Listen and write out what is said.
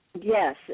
Yes